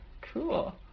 Cool